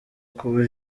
kuba